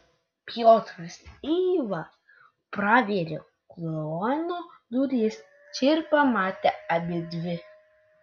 piotras eiva pravėrė kluono duris čia ir pamatė abidvi